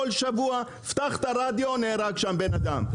בכל שבוע, פתח את הרדיו נהרג שם בן אדם?